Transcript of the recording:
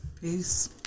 Peace